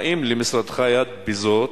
האם למשרדך יד בזאת,